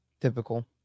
Typical